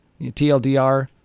TLDR